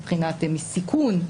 מבחינת סיכון,